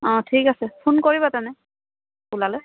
অ ঠিক আছে ফোন কৰিবা তেনে ওলালে